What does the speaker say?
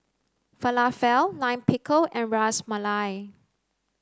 Falafel Lime Pickle and Ras Malai